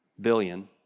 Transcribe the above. billion